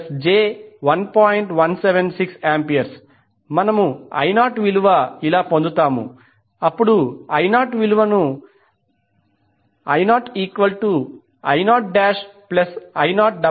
176A మనము I0విలువ ఇలా పొందుతాము I0I0I0 5j3